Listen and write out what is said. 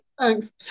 Thanks